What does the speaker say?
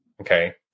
okay